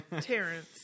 Terrence